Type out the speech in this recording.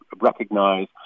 recognize